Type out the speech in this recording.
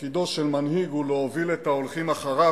תפקידו של מנהיג הוא להוביל את ההולכים אחריו